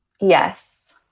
Yes